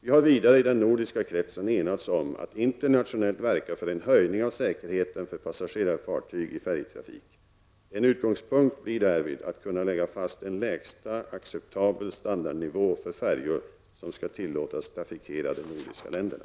Vi har vidare i den nordiska kretsen enats om att internationellt verka för en höjning av säkerheten för passagerarfartyg i färjetrafik. En utgångspunkt blir därvid att kunna lägga fast en lägsta acceptabel standardnivå för färjor som skall tillåtas trafikera de nordiska länderna.